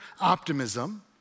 optimism